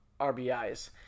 RBIs